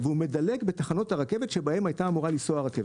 והוא מדלג בתחנות הרכבת שבהן הייתה אמורה לנסוע הרכבת.